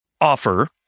offer